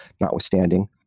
notwithstanding